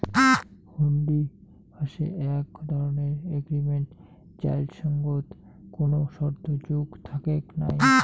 হুন্ডি হসে এক ধরণের এগ্রিমেন্ট যাইর সঙ্গত কোনো শর্ত যোগ থাকেক নাই